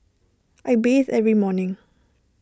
I bathe every morning